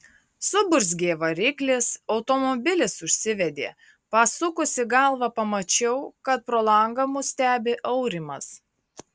suburzgė variklis automobilis užsivedė pasukusi galvą pamačiau kad pro langą mus stebi aurimas